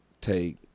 Take